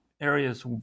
areas